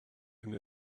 and